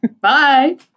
Bye